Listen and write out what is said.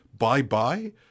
Bye-bye